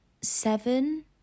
seven